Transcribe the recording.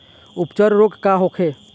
अपच रोग का होखे?